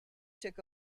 took